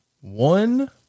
one